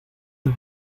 the